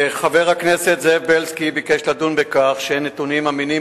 1. חבר הכנסת זאב בילסקי ביקש לדון בכך שאין נתונים אמינים